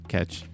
Catch